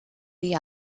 the